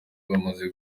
bamaze